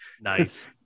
nice